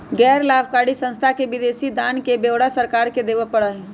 गैर लाभकारी संस्था के विदेशी दान के ब्यौरा सरकार के देवा पड़ा हई